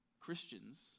Christians